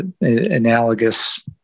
analogous